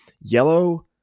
yellow